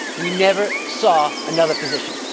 we never saw another physician.